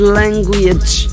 language